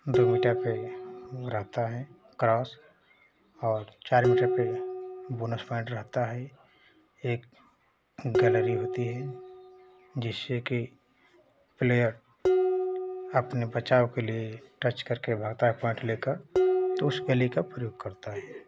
दो मीटर पर रहता है क्रॉस और चार मीटर पर बोनस पॉइंट रहता है एक गॅलरी होती है जिससे कि प्लेयर अपने बचाव के लिए टच करके भागता है अपने बचाव के लिए पॉइंट लेकर त उस गॅलरी का प्रयोग करता है